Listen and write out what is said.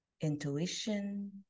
intuition